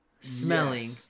smelling